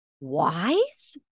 wise